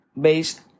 based